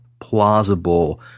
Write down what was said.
plausible